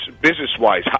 business-wise